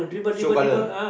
show color